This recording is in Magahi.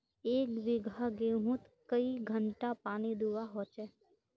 एक बिगहा गेँहूत कई घंटा पानी दुबा होचए?